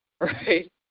right